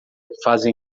fazem